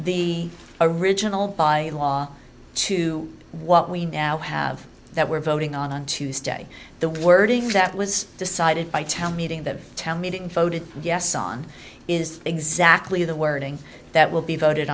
the original by law to what we now have that were voting on tuesday the wording that was decided by tell meeting the town meeting voted yes on is exactly the wording that will be